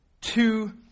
two